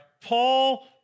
Paul